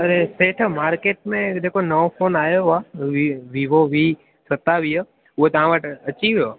अरे सेठ मार्केट में जेको नओ फोन आयो आहे वि विवो वी सतावीह उओ तव्हां वटि अची वियो